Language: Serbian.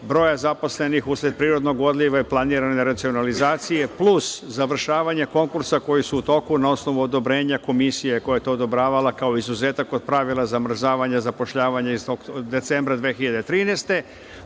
broja zaposlenih usred privrednog odliva i planirane racionalizacije plus završavanje konkursa koji su u toku na osnovu odobrenja komisije koja je to odobravala kao izuzetak od pravila zamrzavanja zapošljavanja iz decembra 2013.